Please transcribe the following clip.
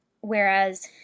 whereas